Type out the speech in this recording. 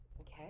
Okay